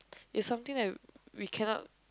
it's something that we cannot